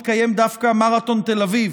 התקיים דווקא מרתון תל אביב.